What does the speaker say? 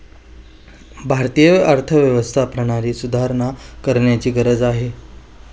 भारतीय अर्थव्यवस्था प्रणालीत सुधारणा करण्याची गरज आहे